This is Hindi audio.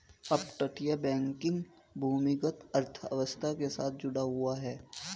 अपतटीय बैंकिंग भूमिगत अर्थव्यवस्था के साथ जुड़ा हुआ है